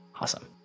Awesome